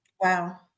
Wow